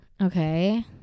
Okay